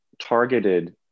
targeted